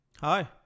Hi